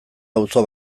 auzo